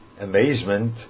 amazement